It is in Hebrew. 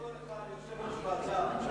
כידוע לך, ליושב-ראש ועדה יש